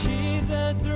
Jesus